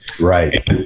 Right